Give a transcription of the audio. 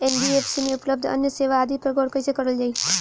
NBFC में उपलब्ध अन्य सेवा आदि पर गौर कइसे करल जाइ?